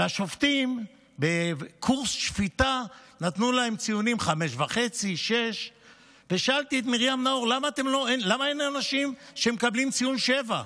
והשופטים בקורס שפיטה נתנו להם ציונים 5.5 6. ושאלתי את מרים נאור: למה אין אנשים שמקבלים ציון 7?